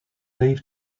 leave